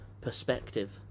perspective